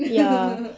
ya